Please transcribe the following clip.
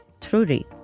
truly